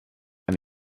and